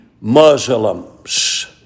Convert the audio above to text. Muslims